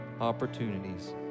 opportunities